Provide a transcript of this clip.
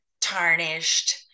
tarnished